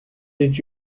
did